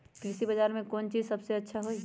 कृषि बजार में कौन चीज सबसे अच्छा होई?